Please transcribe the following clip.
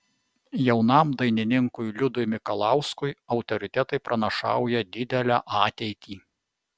jaunam dainininkui liudui mikalauskui autoritetai pranašauja didelę ateitį